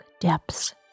depths